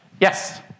Yes